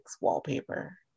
wallpaper